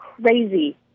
crazy